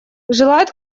желает